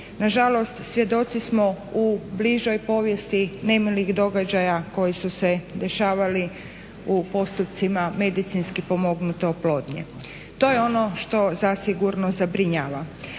Na žalost svjedoci smo u bližoj povijesti nemilih događaja koji su se dešavali u postupcima medicinski pomognute oplodnje. To je ono što zasigurno zabrinjava.